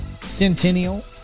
Centennial